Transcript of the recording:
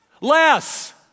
less